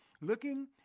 Looking